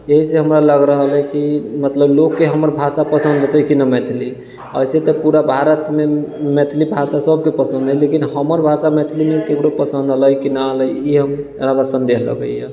एहिसँ हमरा लागि रहल हय कि मतलब लोकके हमर भाषा पसन्द एतै कि नहि मैथिली वैसे तऽ पूरा भारतमे मैथिली भाषा सबके पसन्द हय लेकिन हमर भाषा मैथिलीमे ककरो पसन्द एलै कि नहि एलै ई हमरा सन्देह लगैए